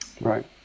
Right